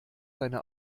seine